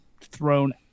thrown